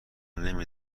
نمی